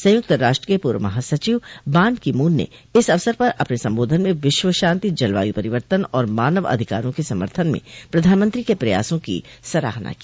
संयुक्त राष्ट्र के पूर्व महासचिव बान की मून ने इस अवसर पर अपने संबोधन में विश्वशांति जलवायु परिवर्तन और मानव अधिकारों के समर्थन में प्रधानमंत्री के प्रयासों की सराहना की